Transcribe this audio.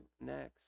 next